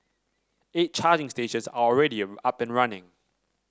eight charging stations are already up and running